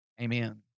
Amen